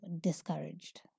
discouraged